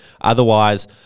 Otherwise